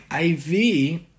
IV